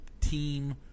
team